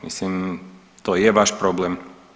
Mislim to je vas problem.